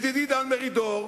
ידידי דן מרידור,